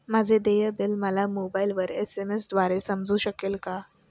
माझे देय बिल मला मोबाइलवर एस.एम.एस द्वारे समजू शकेल का?